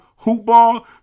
HOOPBALL